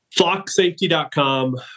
FlockSafety.com